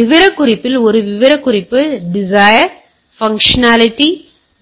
எனவே விவரக்குறிப்பில் ஒரு விவரக்குறிப்பு டிசையர் பங்சன்னாலிட்டி